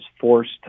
forced